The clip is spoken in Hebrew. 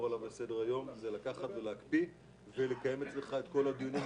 זה לקחת ולהקפיא, ולקיים אצלך את כל הדיונים.